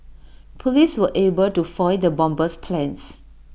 Police were able to foil the bomber's plans